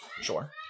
Sure